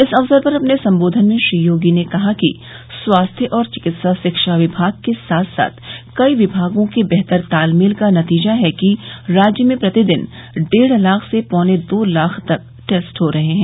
इस अवसर पर अपने संबोधन में श्री योगी ने कहा कि स्वास्थ्य और चिकित्सा रिक्षा विभाग के साथ साथ कई विभागों के बेहतर तालमेल का नतीजा है कि राज्य में प्रतिदिन डेढ़ लाख से पौने दो लाख तक टेस्ट हो रहे हैं